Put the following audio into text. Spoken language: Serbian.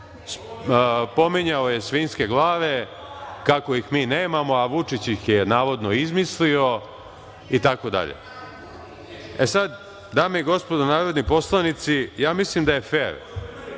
pominjao je svinjske glave, kako ih mi nemamo, a Vučić ih je navodno izmislio, itd. Dame i gospodo narodni poslanici, mislim da je fer